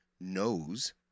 knows